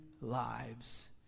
lives